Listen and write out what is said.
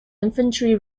infantry